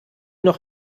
noch